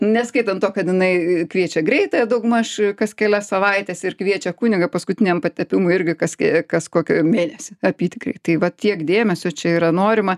neskaitant to kad jinai kviečia greitąją daugmaž kas kelias savaites ir kviečia kunigą paskutiniam patepimui irgi kas ki kas kokį mėnesį apytikriai tai va tiek dėmesio čia yra norima